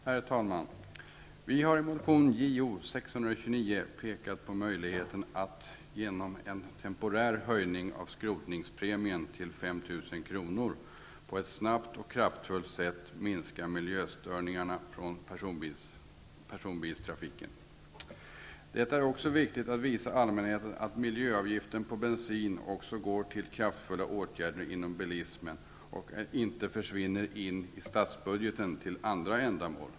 Herr talman! Vi har i motion Jo629 pekat på möjligheten att genom en temporär höjning av skrotningspremien till 5 000 kr. på ett snabbt och kraftfullt sätt minska miljöstörningarna från personbilstrafiken. Det är viktigt att visa allmänheten att miljöavgiften på bensin också går till kraftfulla åtgärder inom bilismen och inte försvinner in i statsbudgeten till andra ändamål.